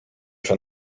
się